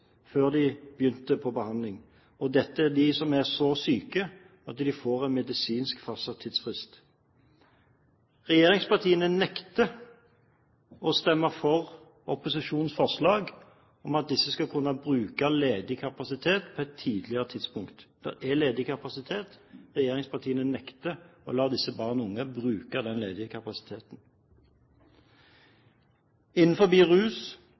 før de begynte på behandling. Dette er de som er så syke at de får en medisinsk fastsatt tidsfrist. Regjeringspartiene nekter å stemme for opposisjonens forslag om at disse skal kunne bruke ledig kapasitet på et tidligere tidspunkt. Det er ledig kapasitet, men regjeringspartiene nekter å la disse barn og unge bruke den ledige kapasiteten. Innenfor rus